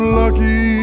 lucky